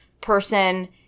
person